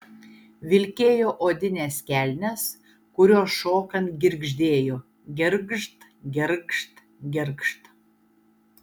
vilkėjo odines kelnes kurios šokant girgždėjo girgžt girgžt girgžt